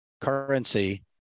currency